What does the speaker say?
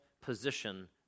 position